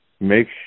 make